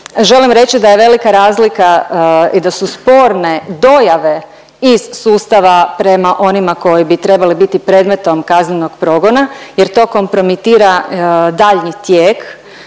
želim reći da je velika razlika i da su sporne dojave iz sustava prema onima koji bi trebali biti predmetom kaznenog progona jer to kompromitira daljnji tijek